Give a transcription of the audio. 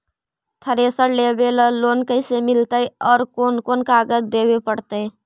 Thresher लेबे ल loan कैसे मिलतइ और कोन कोन कागज देबे पड़तै?